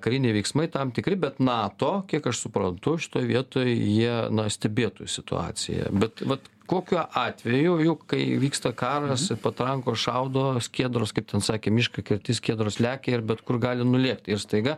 kariniai veiksmai tam tikri bet nato kiek aš suprantu šitoj vietoj jie stebėtų situaciją bet vat kokiu atveju jau kai vyksta karas patrankos šaudo skiedros kaip ten sakė mišką kerti skiedros lekia ir bet kur gali nulėkti ir staiga